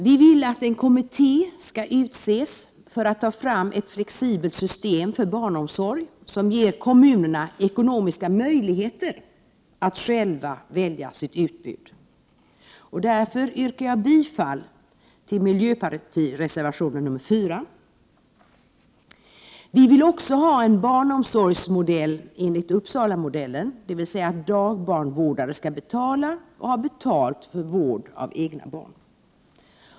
Vi vill att en kommitté skall utses för att ta fram ett flexibelt system för barnomsorg som ger kommunerna ekonomiska möjligheter att själva välja sitt utbud. Därför yrkar jag bifall till miljöpartireservationen nr 4. Vi vill också ha en barnomsorg enligt Uppsalamodellen, dvs. att dagbarnvårdare skall ha betalt för vård av egna barn.